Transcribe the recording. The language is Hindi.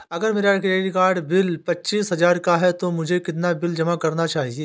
अगर मेरा क्रेडिट कार्ड बिल पच्चीस हजार का है तो मुझे कितना बिल जमा करना चाहिए?